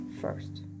first